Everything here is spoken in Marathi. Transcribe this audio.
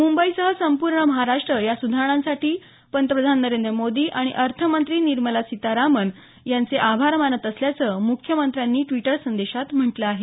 मुंबईसह संपूर्ण महाराष्ट्र या सुधारणांसाठी पंतप्रधान नरेंद्र मोदी आणि अर्थमंत्री निर्मला सीमारामन् यांचे आभार मानत असल्याचं मुख्यमंत्र्यांनी ड्वीटर संदेशात म्हटलं आहे